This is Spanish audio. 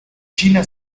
china